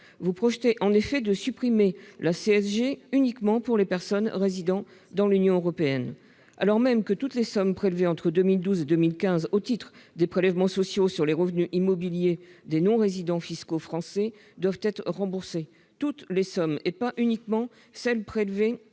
Vous projetez en effet de supprimer la CSG uniquement pour les personnes résidant dans l'Union européenne, alors que toutes les sommes prélevées entre 2012 et 2015 au titre des prélèvements sociaux sur les revenus immobiliers des non-résidents fiscaux français doivent être remboursées, et pas uniquement celles qui